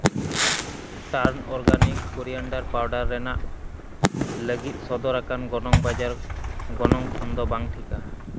turn organic coriander powder ᱨᱮᱱᱟᱜ ᱞᱟᱹᱜᱤᱫ ᱥᱚᱫᱚᱨ ᱟᱠᱟᱱ ᱜᱚᱱᱚᱝ ᱵᱟᱡᱟᱨ ᱜᱚᱱᱚᱝ ᱠᱷᱚᱱ ᱫᱚ ᱵᱟᱝ ᱴᱷᱤᱠᱟ